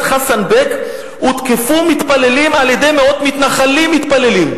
חסן-בק הותקפו מתפללים על-ידי מאות מתנחלים מתפללים.